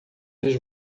eles